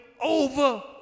over